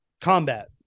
Combat